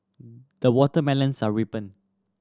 the watermelons are ripened